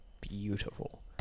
beautiful